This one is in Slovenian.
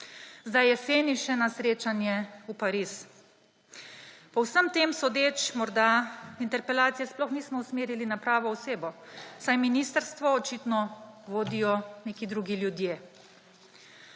jeseni še na srečanje v Pariz. Po vsem tem sodeč morda interpelacije sploh nismo usmerili na pravo osebo, saj ministrstvo očitno vodijo neki drugi ljudje.